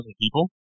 people